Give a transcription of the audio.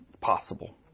possible